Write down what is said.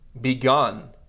begun